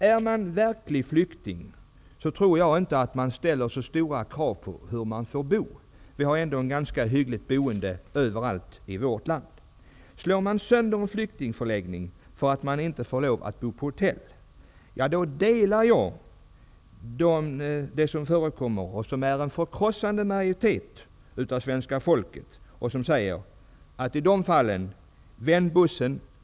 Om man är en verklig flykting, tror jag inte att man ställer så stora krav på boendet, vilket ändå är ganska hyggligt överallt i vårt land. Om man slår sönder en flyktingförläggning för att man inte får bo på hotell, delar jag uppfattningen hos den förkrossande majoritet av svenska folket som i de fallen säger: Vänd bussen.